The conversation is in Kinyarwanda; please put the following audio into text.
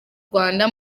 rwanda